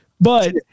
But-